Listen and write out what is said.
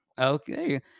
Okay